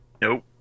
Nope